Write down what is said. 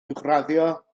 uwchraddio